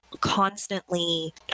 constantly